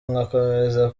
ngakomeza